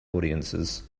audiences